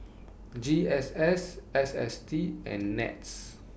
G S S S S T and Nets